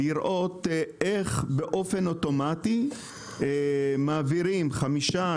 לראות איך אוטומטית מעבירים 5%,